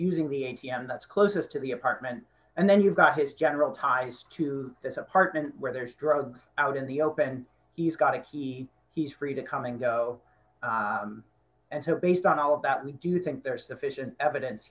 using the a t m that's closest to the apartment and then you've got his general ties to this apartment where there's drugs out in the open he's got a key he's free to come and go and so based on all about me do you think there's sufficient evidence